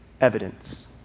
evidence